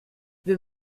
wir